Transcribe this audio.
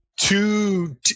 two